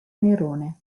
nerone